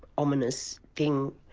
ominous thing